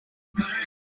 bike